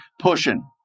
pushing